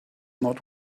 not